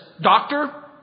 doctor